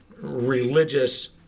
religious